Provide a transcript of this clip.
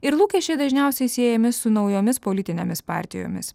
ir lūkesčiai dažniausiai siejami su naujomis politinėmis partijomis